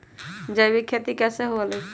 जैविक खेती कैसे हुआ लाई?